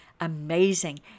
amazing